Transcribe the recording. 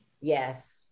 Yes